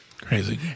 Crazy